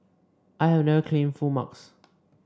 I have never claimed full marks